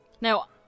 Now